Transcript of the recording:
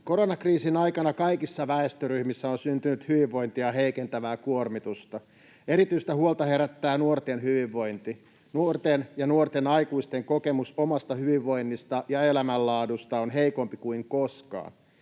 Koronakriisin aikana kaikissa väestöryhmissä on syntynyt hyvinvointia heikentävää kuormitusta. Erityistä huolta herättää nuorten hyvinvointi. Nuorten ja nuorten aikuisten kokemus omasta hyvinvoinnista ja elämänlaadusta on heikompi kuin koskaan.